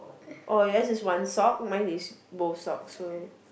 oh yours is one sock mine is both socks so